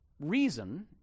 reason